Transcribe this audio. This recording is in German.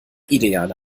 ideale